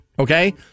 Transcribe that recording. Okay